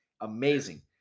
Amazing